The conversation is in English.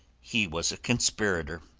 he was a conspirator.